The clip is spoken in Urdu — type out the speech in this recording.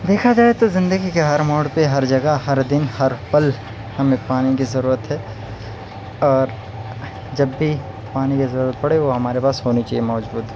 دیکھا جائے تو زندگی کے ہر موڑ پہ ہر جگہ ہر دن ہر پل ہمیں پانی کی ضرورت ہے اور جب بھی پانی کی ضرورت پڑے وہ ہمارے پاس ہونی چاہیے موجود